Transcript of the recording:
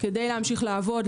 כדי להמשיך לעבוד,